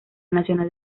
nacional